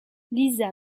liza